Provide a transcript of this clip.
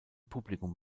publikum